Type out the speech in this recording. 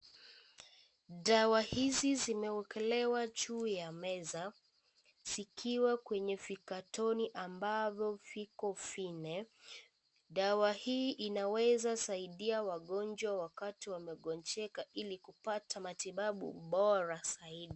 Dawa hizi zimewekelewa juu ya meza zikwa kwenye vikatoni ambavyo viko vile. Dawa hii inaweza saidia wagonjwa wakati wamegonjeka ili kupata matibabu bora zaidi.